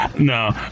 No